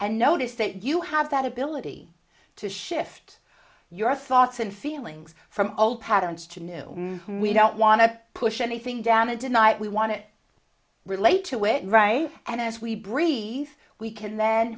and notice that you have that ability to shift your thoughts and feelings from old patterns to new we don't want to push anything damaging night we want to relate to it right and as we breathe we can then